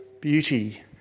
beauty